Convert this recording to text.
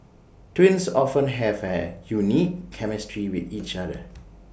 twins often have A unique chemistry with each other